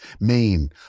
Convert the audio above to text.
Maine